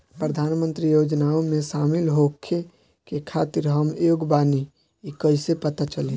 प्रधान मंत्री योजनओं में शामिल होखे के खातिर हम योग्य बानी ई कईसे पता चली?